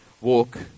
walk